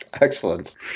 excellent